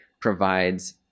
provides